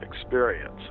experience